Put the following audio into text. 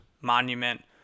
monument